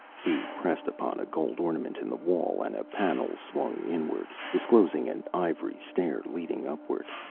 he pressed upon a gold ornament in the wall, and a panel swung inward, disclosing an ivory stair leading upward.